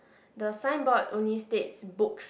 the sign board only states book